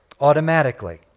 automatically